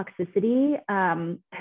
toxicity